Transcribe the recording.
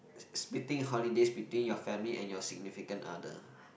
splitting holidays between your family and your significant other